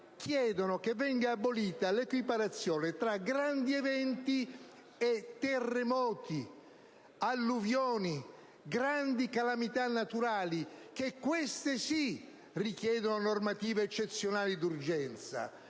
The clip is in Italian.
che venga abolita l'equiparazione tra grandi eventi e terremoti, alluvioni, grandi calamità naturali, che richiedono, questi sì, normative eccezionali e d'urgenza.